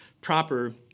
proper